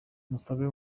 musabe